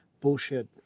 bullshit